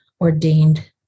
ordained